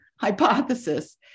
hypothesis